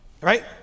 Right